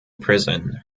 prison